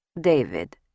David